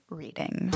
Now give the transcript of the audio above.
reading